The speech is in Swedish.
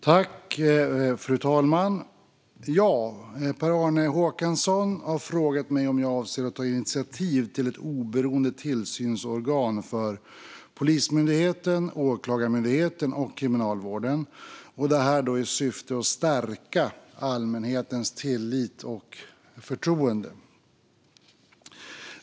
Fru talman! Per-Arne Håkansson har frågat mig om jag avser att ta initiativ till ett oberoende tillsynsorgan för Polismyndigheten, Åklagarmyndigheten och Kriminalvården i syfte att stärka allmänhetens tillit och förtroende.